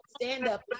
stand-up